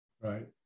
Right